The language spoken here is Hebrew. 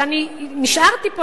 אני נשארתי פה,